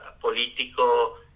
político